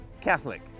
Catholic